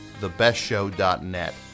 thebestshow.net